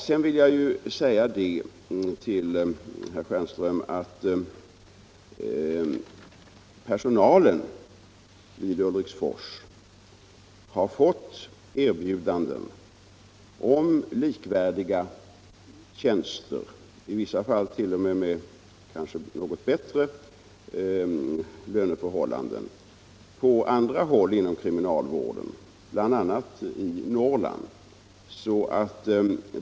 Sedan vill jag säga till herr Stjernström att personalen vid Ulriksforsanstalten har fått erbjudanden om likvärdiga tjänster — i vissa fall t.o.m. med löfte om något bättre löneförhållanden — på andra håll inom kriminalvården, bl.a. i Norrland.